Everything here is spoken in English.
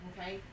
okay